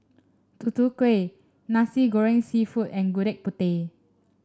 Tutu Kueh Nasi Goreng seafood and Gudeg Putih